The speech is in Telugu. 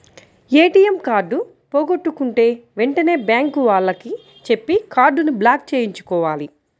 ఏటియం కార్డు పోగొట్టుకుంటే వెంటనే బ్యేంకు వాళ్లకి చెప్పి కార్డుని బ్లాక్ చేయించుకోవాలి